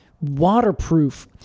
waterproof